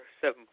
seven